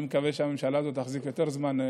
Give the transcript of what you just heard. אני מקווה שהממשלה הזאת תחזיק יותר זמן,